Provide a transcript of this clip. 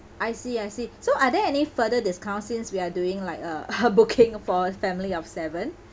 I see I see so are there any further discount since we are doing like a a booking for a family of seven